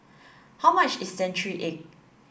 how much is century egg